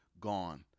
gone